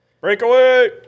Breakaway